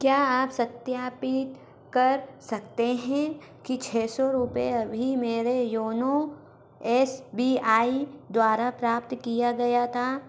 क्या आप सत्यापित कर सकते हैं कि छः सौ रुपये अभी मेरे योनो एस बी आई द्वारा प्राप्त किया गया था